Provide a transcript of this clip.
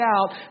out